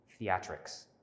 theatrics